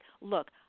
look